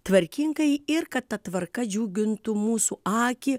tvarkingai ir kad ta tvarka džiugintų mūsų akį